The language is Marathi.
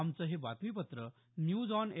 आमचं हे बातमीपत्र न्यूज ऑन ए